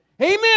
Amen